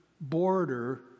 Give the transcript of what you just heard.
border